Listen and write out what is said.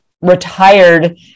retired